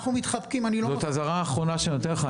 זאת אזהרה אחרונה שאני נותן לך.